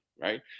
right